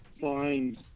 find